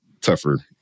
tougher